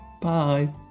Bye